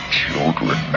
children